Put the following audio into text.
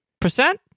Percent